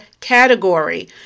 category